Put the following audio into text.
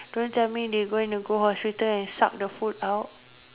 don't tell me they going to go hospital and suck the food out